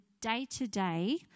day-to-day